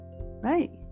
right